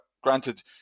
granted